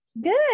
Good